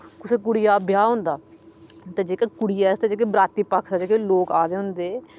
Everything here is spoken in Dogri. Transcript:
कुसै कुड़िया ब्याह् होंदा ते जेह्का कुड़ियै आस्तै जेह्के बराती पक्ख दा जेह्के लोक आए दे होंदे